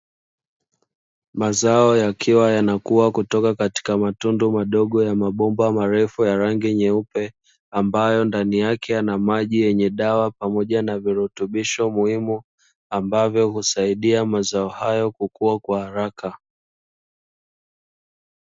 Mazao yakiwa yanakuwa kutoka katika matundu madogo ya mabomba marefu ya rangi nyeupe, ambayo ndani yake yana maji yenye dawa pamoja na virutubisho muhimu. Ambavyo husaidia mazao hayo kukua kwa haraka.